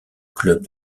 club